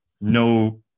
no